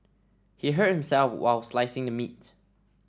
he hurt himself while slicing the meat